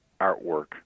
artwork